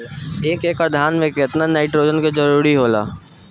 एक एकड़ धान मे केतना नाइट्रोजन के जरूरी होला?